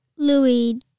Louis